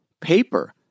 paper